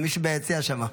זה מישהו ביציע שם.